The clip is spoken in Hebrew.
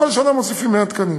וכל שנה מוסיפים 100 תקנים.